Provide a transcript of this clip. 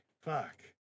fuck